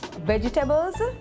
vegetables